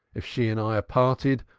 if she and i are parted,